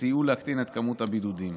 שסייעו להקטין את כמות הבידודים.